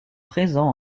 présent